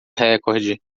recorde